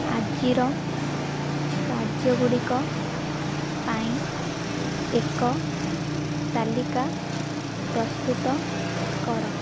ଆଜିର କାର୍ଯ୍ୟ ଗୁଡ଼ିକ ପାଇଁ ଏକ ତାଲିକା ପ୍ରସ୍ତୁତ କର